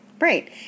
Right